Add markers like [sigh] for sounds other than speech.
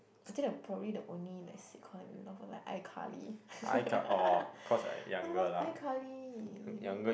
I think you're probably the only like sick colleague will laugh at my iCarly [laughs] I love iCarly